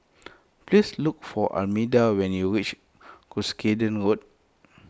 please look for Armida when you reach Cuscaden Road